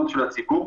הציבור,